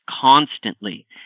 constantly